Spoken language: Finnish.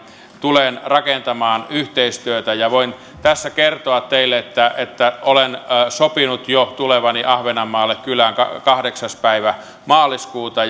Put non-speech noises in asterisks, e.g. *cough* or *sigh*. tulen rakentamaan yhteistyötä voin tässä kertoa teille että että olen sopinut jo tulevani ahvenanmaalle kylään kahdeksas päivä maaliskuuta *unintelligible*